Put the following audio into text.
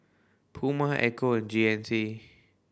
Puma Ecco and G N C